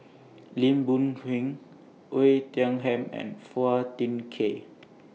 Lim Boon Heng Oei Tiong Ham and Phua Thin Kiay